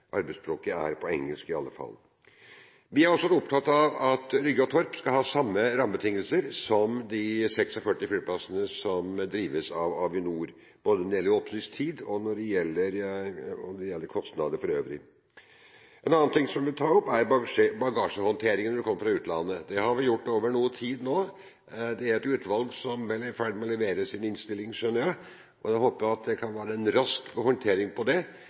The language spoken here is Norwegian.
arbeidsspråket i alle fall er engelsk. Vi er også opptatt av at Rygge og Torp skal ha samme rammebetingelser som de 46 flyplassene som drives av Avinor, både når det gjelder åpningstid, og når det gjelder kostnader for øvrig. En annen ting jeg vil ta opp, er bagasjehåndteringen når man kommer fra utlandet. Det har vi gjort over noe tid nå. Det er nedsatt en arbeidsgruppe som vel er i ferd med å levere sin innstilling, og vi håper at vi kan få en rask håndtering